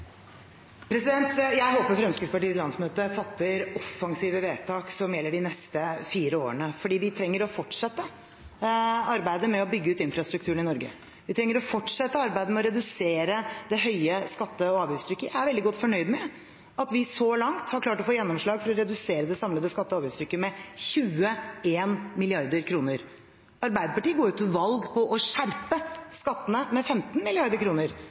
Jeg håper Fremskrittspartiets landsmøte fatter offensive vedtak som gjelder de neste fire årene, for vi trenger å fortsette arbeidet med å bygge ut infrastrukturen i Norge. Vi trenger å fortsette arbeidet med å redusere det høye skatte- og avgiftstrykket. Jeg er veldig godt fornøyd med at vi så langt har klart å få gjennomslag for å redusere det samlede skatte- og avgiftstrykket med 21 mrd. kr. Arbeiderpartiet går til valg på å skjerpe skattene med 15